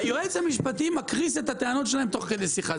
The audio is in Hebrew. היועץ המשפטי מקריס את הטענות שלהם תוך כדי שיחה.